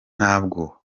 ntabwo